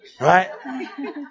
Right